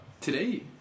today